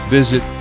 visit